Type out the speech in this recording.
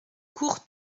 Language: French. cours